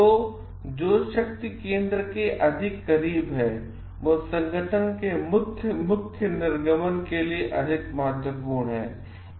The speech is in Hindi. तो जो शक्ति केंद्र के अधिक करीब है वह संगठन के मुख्य निर्गमन के लिए अधिक महत्वपूर्ण है